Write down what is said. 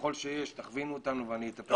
ככל שיש תכווינו אותנו ואני אטפל.